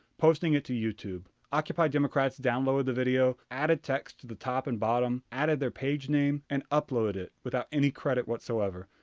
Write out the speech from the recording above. posting it to youtube. occupy democrats downloaded the video, added text to the top and bottom, added their page name and uploaded it without any credit whatsoever,